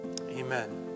Amen